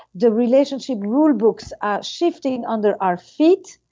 the relationship rule books are shifting under our feet,